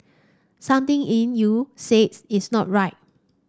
something in you says it's not right